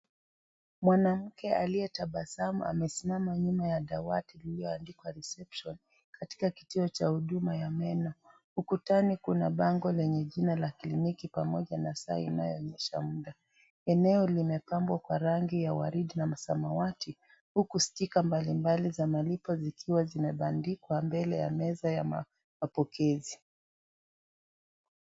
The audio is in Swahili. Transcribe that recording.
Mwanamke aliyetabasamu amesimama nyuma ya dawati iliyoandikwa RECEPTION katika kituo cha huduma ya meno. Ukutani kuna bango lenye jina la kliniki pamoja na saa inayoonyesha muda. Eneo limepambwa kwa rangi ya waridi na masamawati huku sticker mbalimbali za malipo zikiwa zimebandikwa mbele ya meza ya mapokezi.